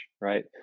Right